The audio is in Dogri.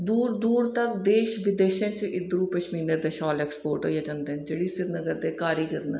दूर दूर दा देश बिदेशें च इधरू पश्मीने दा शाल एक्सपोर्ट होइयै जंदे न जेह्ड़ी सिरीनगर दे कारीगर न